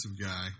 guy